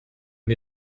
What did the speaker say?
wir